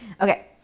Okay